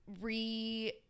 re